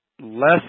Less